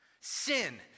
sin